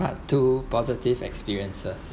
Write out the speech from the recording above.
part two positive experiences